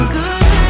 good